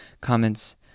comments